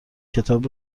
کتاب